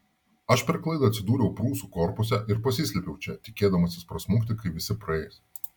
aš per klaidą atsidūriau prūsų korpuse ir pasislėpiau čia tikėdamasis prasmukti kai visi praeis